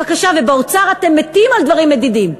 ובאוצר אתם מתים על דברים מדידים.